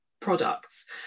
products